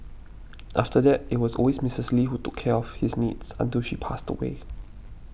after that it was always Missus Lee who took care of his needs until she passed away